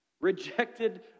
rejected